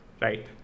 right